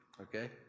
Okay